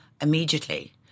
immediately